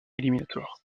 éliminatoires